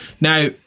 Now